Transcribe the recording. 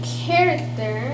character